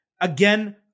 Again